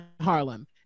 Harlem